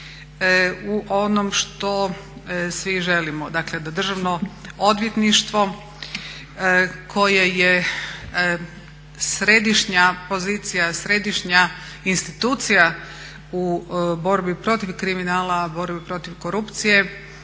u onom što svi želimo, dakle da Državno odvjetništvo koja je središnja pozicija, središnja institucija u borbi protiv kriminala, borbi protiv korupcije